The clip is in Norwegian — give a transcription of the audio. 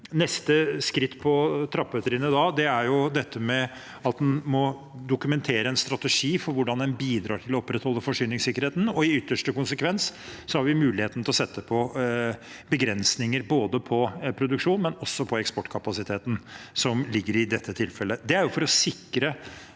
Neste skritt, neste trappetrinn, er at en må dokumentere en strategi for hvordan en bidrar til å opprettholde forsyningssikkerheten. I ytterste konsekvens har vi muligheten til å sette begrensninger både på produksjon og også på eksportkapasiteten